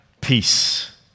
peace